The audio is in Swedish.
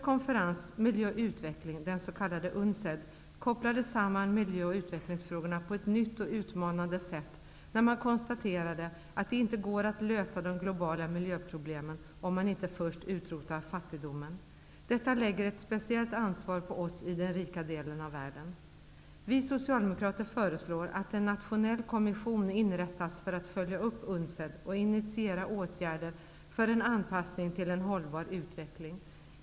UNCED, kopplade samman miljö och utvecklingsfrågorna på ett nytt och utmanande sätt när man konstaterade att det inte går att lösa de globala miljöproblemen om man inte först utrotar fattigdomen. Detta lägger ett speciellt ansvar på oss i den rika delen av världen. Vi socialdemokrater föreslår att en nationell kommission inrättas för att följa upp UNCED och initiera åtgärder för en anpassning till en hållbar utveckling.